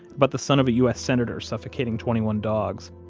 but the son of a us senator suffocating twenty one dogs,